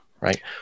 right